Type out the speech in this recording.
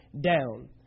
down